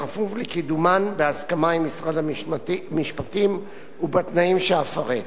בכפוף לקידומן בהסכמה עם משרד המשפטים ובתנאים שאפרט,